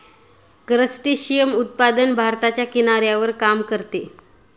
crustacean उत्पादन भारताच्या किनाऱ्यावर काम करते